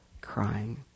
crying